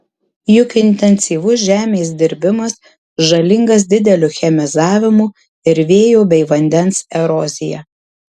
juk intensyvus žemės dirbimas žalingas dideliu chemizavimu ir vėjo bei vandens erozija